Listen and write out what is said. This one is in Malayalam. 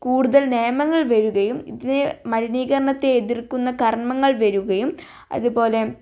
കൂടുതൽ നിയമങ്ങൾ വരികയും ഇതിനെ മലിനീകരണത്തെ എതിർക്കുന്ന കർമ്മങ്ങൾ വരികയും അതുപോലെ